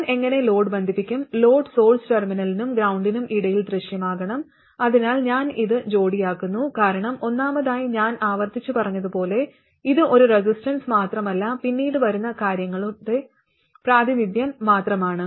ഞാൻ എങ്ങനെ ലോഡ് ബന്ധിപ്പിക്കും ലോഡ് സോഴ്സ് ടെർമിനലിനും ഗ്രൌണ്ടിനും ഇടയിൽ ദൃശ്യമാകണം അതിനാൽ ഞാൻ ഇത് ജോടിയാക്കുന്നു കാരണം ഒന്നാമതായി ഞാൻ ആവർത്തിച്ച് പറഞ്ഞതുപോലെ ഇത് ഒരു റെസിസ്റ്റൻസ് മാത്രമല്ല പിന്നീട് വരുന്ന കാര്യങ്ങളുടെ പ്രാതിനിധ്യം മാത്രമാണ്